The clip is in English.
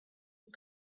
you